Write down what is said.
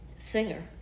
singer